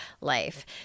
life